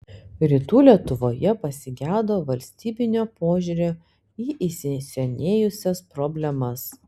rytų lietuvoje pasigedo valstybinio požiūrio į įsisenėjusias problemas